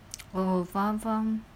oh faham faham